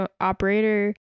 operator